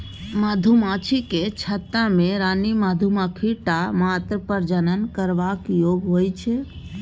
मधुमाछीक छत्ता मे रानी मधुमाछी टा मात्र प्रजनन करबाक योग्य होइ छै